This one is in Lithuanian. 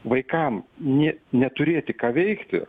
vaikam nė neturėti ką veikti